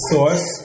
Source